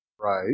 Right